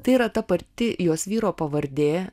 tai yra ta pati jos vyro pavardė